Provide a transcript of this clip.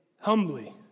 humbly